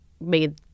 made